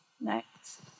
Next